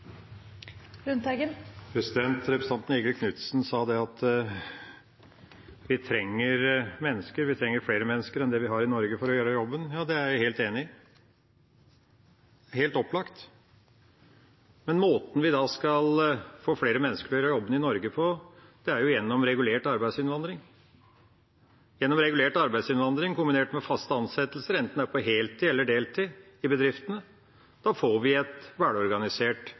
regjering? Representanten Eigil Knutsen sa at vi trenger mennesker, at vi trenger flere mennesker enn det vi har i Norge, for å gjøre jobben. Det er jeg helt enig i. Det er helt opplagt. Men måten vi skal få flere mennesker til å gjøre jobbene i Norge på, er jo gjennom regulert arbeidsinnvandring, kombinert med faste ansettelser, enten det er på heltid eller deltid, i bedriftene. Da får vi et velorganisert